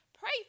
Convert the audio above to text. Pray